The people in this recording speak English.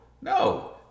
No